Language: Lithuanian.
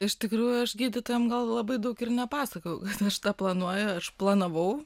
iš tikrųjų aš gydytojam gal labai daug ir nepasakojau aš tą planuoju aš planavau